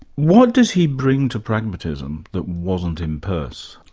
what does he bring to pragmatism that wasn't in peirce?